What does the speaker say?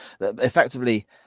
Effectively